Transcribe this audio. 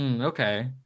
okay